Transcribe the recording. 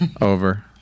Over